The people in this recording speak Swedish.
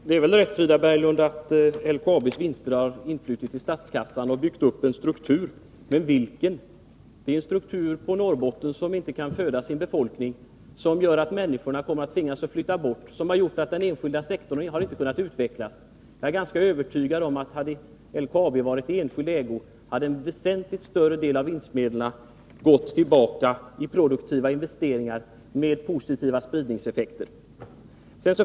Herr talman! Det är riktigt, Frida Berglund, att LKAB:s vinster har influtit i statskassan och att det har byggts upp en struktur — men vilken? Denna struktur har lett till att Norrbotten inte kan ge arbete till sin befolkning, att människorna kommer att tvingas att flytta och att den enskilda sektorn inte kan utvecklas. Jag är ganska övertygad om att hade LKAB varit i enskild ägo, hade en väsentligt större del av vinstmedlen gått tillbaka till produktiva investeringar med positiva spridningseffekter.